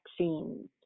vaccines